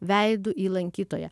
veidu į lankytoją